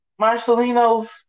Marcelino's